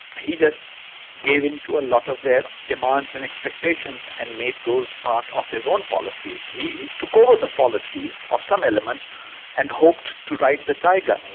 he just gave in to a lot of their demands and expectations and made those part of his own policies. he took over the policies of ah some elements and hoped to ride the tiger.